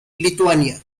lituania